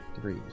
Three